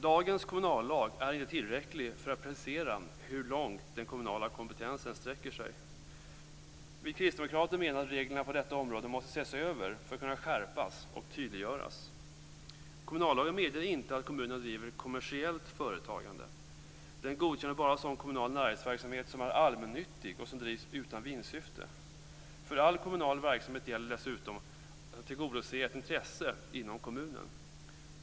Dagens kommunallag är inte tillräcklig för att precisera hur långt den kommunala kompetensen sträcker sig. Vi kristdemokrater menar att reglerna på detta område måste ses över för att kunna skärpas och tydliggöras. Kommunallagen medger inte att kommunerna driver kommersiellt företagande. Den godkänner bara sådan kommunal näringsverksamhet som är allmännyttig och som drivs utan vinstsyfte. För all kommunal verksamhet gäller dessutom att den skall tillgodose ett intresse inom kommunen.